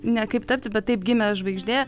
ne kaip tapti bet taip gimė žvaigždė